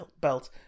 belt